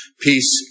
peace